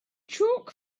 chalk